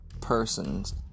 persons